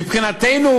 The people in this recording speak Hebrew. מבחינתנו,